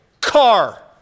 car